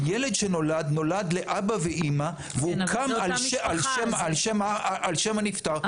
הילד שנולד נולד לאבא ואמא והוקם על שם הנפטר.